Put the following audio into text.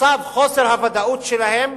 מצב חוסר הוודאות שלהם?